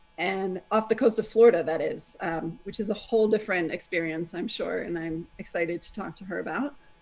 and off the coast of florida, that is which is a whole different experience, i'm sure. and i'm excited to talk to her about